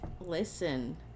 listen